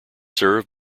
served